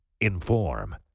Inform